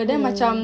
hmm